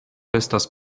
estas